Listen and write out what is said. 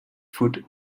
food